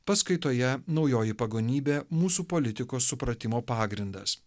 paskaitoje naujoji pagonybė mūsų politikos supratimo pagrindas